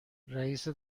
رئیس